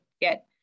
get